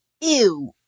ew